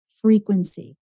frequency